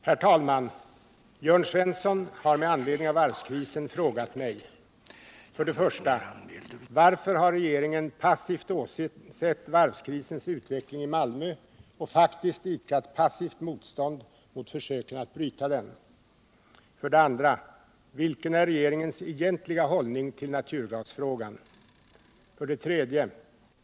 Herr talman! Jörn Svensson har med anledning av varvskrisen frågat mig: 1. Varför har regeringen passivt åsett varvskrisens utveckling i Malmö och faktiskt idkat passivt motstånd mot försöken att bryta den? 2. Vilken är regeringens egentliga hållning till naturgasfrågan? 3.